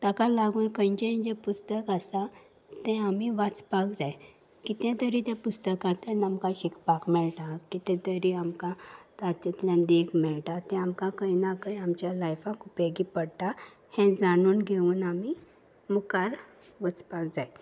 ताका लागून खंयचेंय जें पुस्तक आसा तें आमी वाचपाक जाय कितें तरी त्या पुस्तकांतल्यान आमकां शिकपाक मेळटा कितें तरी आमकां तातंतल्यान देख मेळटा तें आमकां खंय ना खंय आमच्या लायफाक उपेगी पडटा हें जाणून घेवन आमी मुखार वचपाक जाय